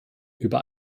über